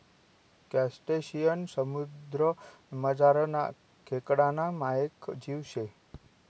crustacean समुद्रमझारना खेकडाना मायेक जीव शे